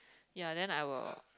ya then I will